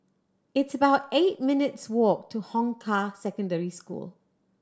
it's about eight minutes' walk to Hong Kah Secondary School